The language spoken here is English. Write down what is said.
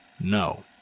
No